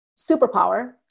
superpower